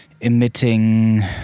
emitting